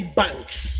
banks